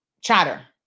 chatter